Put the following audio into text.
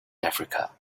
africa